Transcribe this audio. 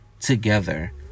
together